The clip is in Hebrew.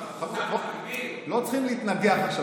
--- לא צריכים להתנגח עכשיו.